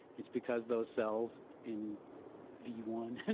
it's because those cells in v one,